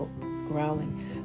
growling